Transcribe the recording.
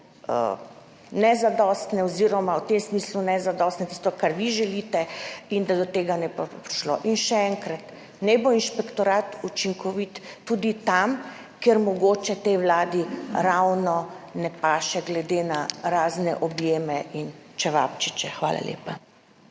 predlagali, v tem smislu nezadostne, tisto, kar vi želite, in da do tega ne bo prišlo. Še enkrat, naj bo inšpektorat učinkovit tudi tam, kjer mogoče tej vladi ravno ne paše, glede na razne objeme in čevapčiče. Hvala lepa.